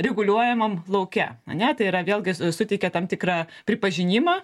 reguliuojamam lauke ane tai yra vėlgi suteikia tam tikrą pripažinimą